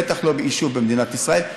בטח לא ביישוב במדינת ישראל.